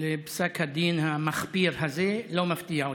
לפסק הדין המחפיר הזה לא מפתיע אותי.